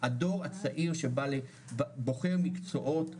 בטח לא בזמן הקצוב שהיה לנו,